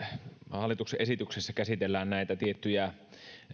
hallituksen esityksessähän käsitellään näitä tiettyjä